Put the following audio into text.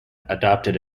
adopted